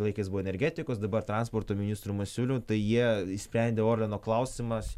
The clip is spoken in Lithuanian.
laikais buvo energetikos dabar transporto ministru masiuliu tai jie išsprendė orleno klausimas